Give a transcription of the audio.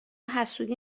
حسودی